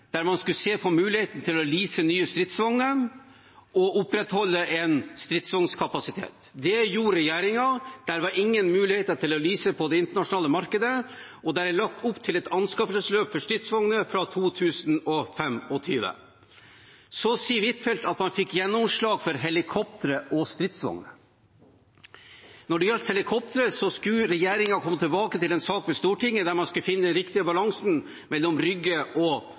der man skulle se på muligheten for å lease nye stridsvogner og opprettholde en stridsvognskapasitet. Det gjorde regjeringen. Det var ingen muligheter for å lease på det internasjonale markedet, og det er lagt opp til et anskaffelsesløp for stridsvogner fra 2025. Huitfeldt sier at man fikk gjennomslag for helikoptre og stridsvogner. Når det gjaldt helikoptre, skulle regjeringen komme tilbake med en sak til Stortinget der man skulle finne den riktige balansen mellom Rygge og